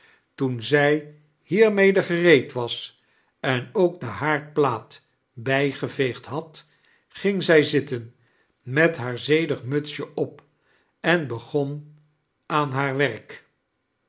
toen zij hiermede gereed was en ook de haardplaat bijgeveegd had ging zij zitten met haar zedig mutsje op en begon aan haar werk